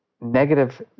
negative